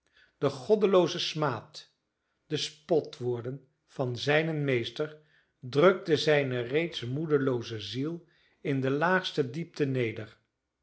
de goddelooze smaad en spotwoorden van zijnen meester drukten zijne reeds moedelooze ziel in de laagste diepte neder